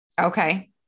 Okay